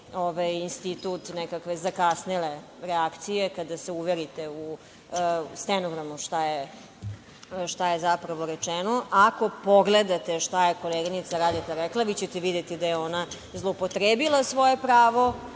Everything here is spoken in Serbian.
institut nekakve zakasnele reakcije, kada se uverite u stenogram, šta je zapravo rečeno. Ako pogledate šta je koleginica Radeta rekla, videćete da je ona zloupotrebila svoje pravo